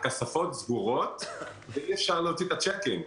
הכספות סגורות ואי אפשר להוציא את הצ'קים,